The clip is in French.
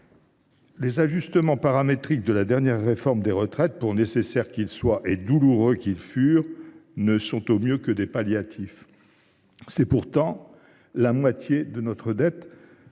Les ajustements paramétriques de la dernière réforme des retraites, pour nécessaires qu’ils soient et douloureux qu’ils furent, ne sont au mieux que des palliatifs. C’est pourtant la moitié de notre dette.